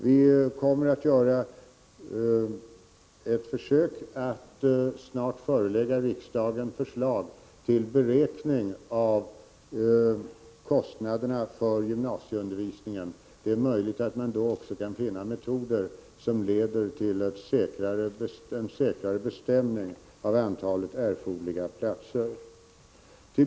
Vi kommer att göra ett försök att snart förelägga riksdagen förslag till beräkning av kostnaderna för gymnasieundervisningen. Det är möjligt att man då också kan finna metoder som leder till en säkrare bestämning av antalet erforderliga platser.